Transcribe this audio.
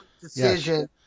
decision